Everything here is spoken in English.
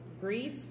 Grief